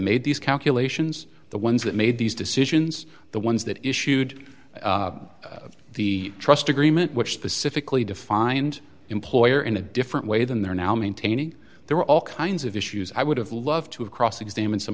made these calculations the ones that made these decisions the ones that issued the trust agreement which specifically defined employer in a different way than they are now maintaining there are all kinds of issues i would have loved to have cross examined some